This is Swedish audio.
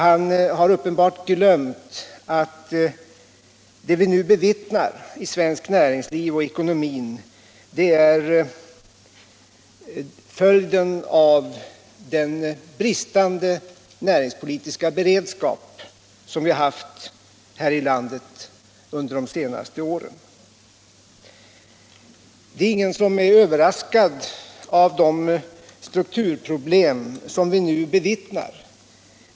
Han har uppenbart glömt att det vi nu upplever inom svenskt näringsliv och svensk ekonomi är en följd av den bristande näringspolitiska beredskap som vi haft här i landet under de senaste åren. Ingen är överraskad av de strukturproblem som vi nu bevittnar.